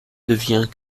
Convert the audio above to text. devient